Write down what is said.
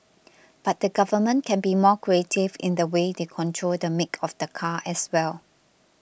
but the government can be more creative in the way they control the make of the car as well